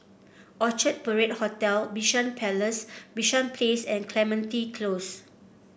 Orchard Parade Hotel Bishan Palace Bishan Place and Clementi Close